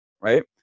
right